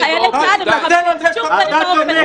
אתה תומך טרור, הצגת את זה בצורה הכי מפורשת היום.